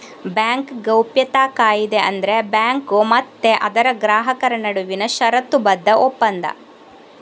bank ಗೌಪ್ಯತಾ ಕಾಯಿದೆ ಅಂದ್ರೆ ಬ್ಯಾಂಕು ಮತ್ತೆ ಅದರ ಗ್ರಾಹಕರ ನಡುವಿನ ಷರತ್ತುಬದ್ಧ ಒಪ್ಪಂದ